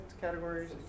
categories